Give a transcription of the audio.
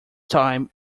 time